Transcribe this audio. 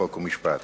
חוק ומשפט